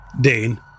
Dane